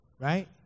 right